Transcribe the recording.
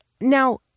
Now